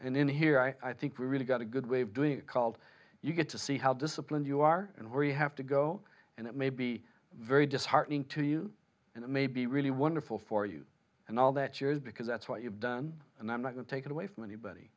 in here i think we really got a good way of doing it called you get to see how disciplined you are and where you have to go and it may be very disheartening to you and it may be really wonderful for you and all that church because that's what you've done and i'm not going to take it away from anybody